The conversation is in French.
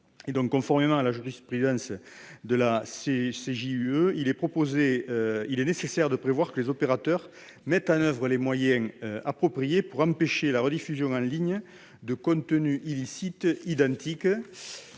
de l'Union européenne, il est nécessaire de prévoir que les opérateurs mettent en oeuvre les moyens appropriés pour empêcher la rediffusion en ligne de contenus illicites identiques.